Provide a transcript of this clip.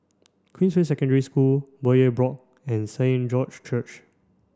Queensway Secondary School Bowyer Block and Saint George Church